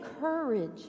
courage